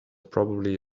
probably